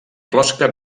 closca